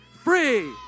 Free